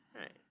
Right